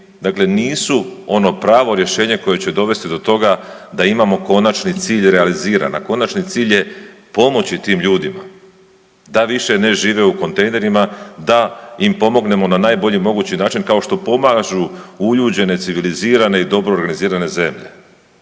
dakle nisu ono pravo rješenje koje će dovesti do toga da imamo konačni cilj realiziran. A konačni cilj je pomoći tim ljudima da više ne žive u kontejnerima, da im pomognemo na najbolji mogući način kao što pomažu uljuđene, civilizirane i dobro organizirane zemlje.